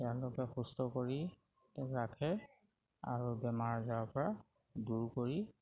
তেওঁলোকে সুস্থ কৰি ৰাখে আৰু বেমাৰ আজাৰৰ পৰা দূৰ কৰি